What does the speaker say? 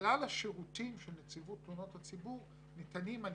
של כלל השירותים נציבות תלונות הציבור שניתנים על